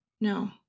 no